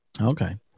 Okay